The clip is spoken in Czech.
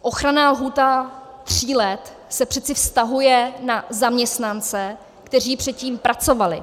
Ochranná lhůta tří let se přece vztahuje na zaměstnance, kteří předtím pracovali.